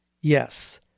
Yes